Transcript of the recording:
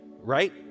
Right